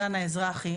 דן האזרחי,